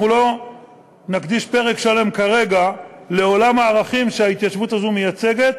אנחנו לא נקדיש פרק שלם כרגע לעולם הערכים שההתיישבות הזו מייצגת,